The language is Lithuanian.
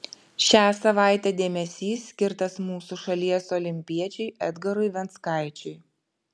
šią savaitę dėmesys skirtas mūsų šalies olimpiečiui edgarui venckaičiui